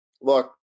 Look